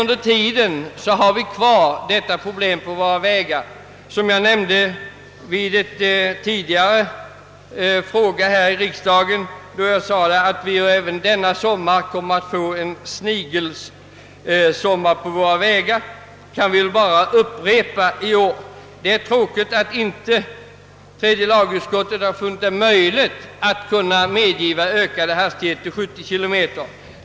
Under tiden kvarstår emellertid detta problem på våra vägar. Mitt yttrande med anledning av en tidigare fråga här i riksdagen, att vi även denna sommar kommer att få en snigelsommar på våra vägar, kan upprepas i år. Det är tråkigt att tredje lagutskottet inte har funnit det möjligt att tillstyrka ökade hastigheter på upp till 70 km.